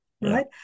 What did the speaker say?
right